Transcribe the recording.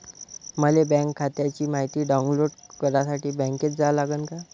मले बँक खात्याची मायती डाऊनलोड करासाठी बँकेत जा लागन का?